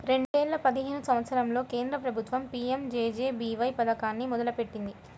రెండేల పదిహేను సంవత్సరంలో కేంద్ర ప్రభుత్వం పీయంజేజేబీవై పథకాన్ని మొదలుపెట్టింది